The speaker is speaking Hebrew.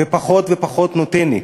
ופחות ופחות נותנת.